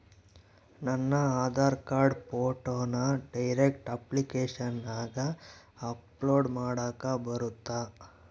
ನನ್ನ ಆಧಾರ್ ಕಾರ್ಡ್ ಫೋಟೋನ ಡೈರೆಕ್ಟ್ ಅಪ್ಲಿಕೇಶನಗ ಅಪ್ಲೋಡ್ ಮಾಡಾಕ ಬರುತ್ತಾ?